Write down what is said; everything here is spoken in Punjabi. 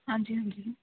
ਹਾਂਜੀ ਹਾਂਜੀ